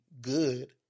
good